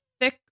thick